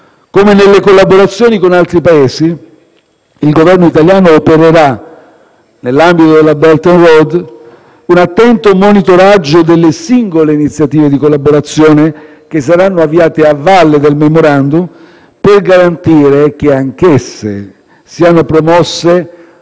Come nelle collaborazioni con altri Paesi, il Governo italiano opererà, nell'ambito della Belt and Road, un attento monitoraggio delle singole iniziative di collaborazione che saranno avviate a valle del *memorandum* per garantire che anch'esse siano promosse